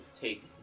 take